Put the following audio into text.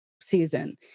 season